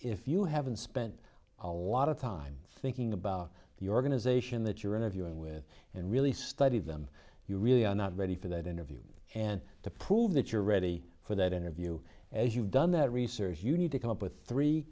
if you haven't spent a lot of time thinking about the organization that you're interviewing with and really study them you really are not ready for that interview and to prove that you're ready for that interview as you've done that research you need to come up with three